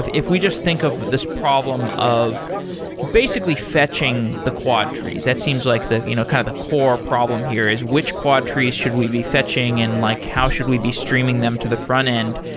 if we just think of this problem of basically fetching the quadtrees, that seems like the you know kind of the core problem here is which quadtrees should we be fetching and like how should we be streaming them to the frontend?